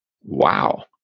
Wow